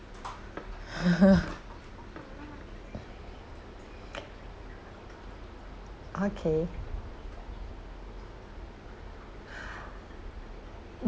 okay